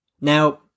Now